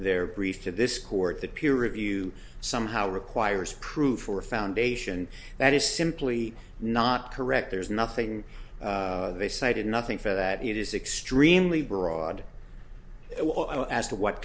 their brief to this court that peer review somehow requires proof or a foundation that is simply not correct there's nothing they cited nothing for that it is extremely broad as to what